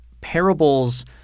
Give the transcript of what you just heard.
parables